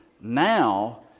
Now